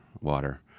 water